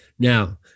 Now